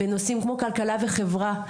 בנושאים כמו כלכלה וחברה,